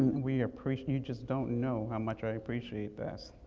we appreciate, you just don't know how much i appreciate this.